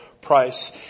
price